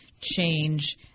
change